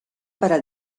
para